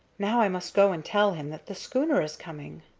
now i must go and tell him that the schooner is coming.